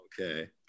okay